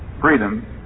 Freedom